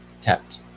tapped